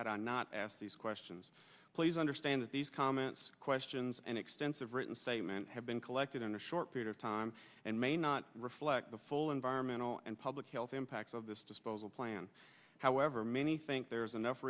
had i not asked these questions please understand that these comments questions and extensive written statement have been collected in a short period of time and may not reflect the full environmental and public health impacts of this disposal plan however many think there is enough